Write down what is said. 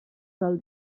del